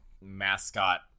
mascot